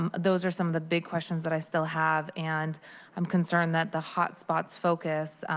um those are some of the big questions that i still have and i'm concerned that the hot spots focus